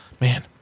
Man